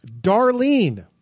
Darlene